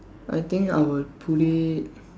I think I will put it